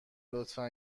لطفا